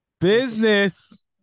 Business